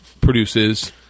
Produces